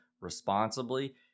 responsibly